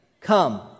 Come